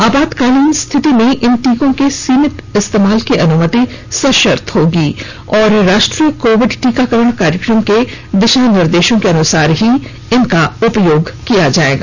आपातकालीन स्थिति में इन टीकों के सीमित इस्तेमाल की अनुमति सशर्त होगी और राष्ट्रीय कोविड टीकाकरण कार्यक्रम के दिशा निर्देशों के अनुसार ही इनका उपयोग किया जाएगा